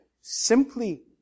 simply